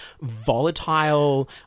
volatile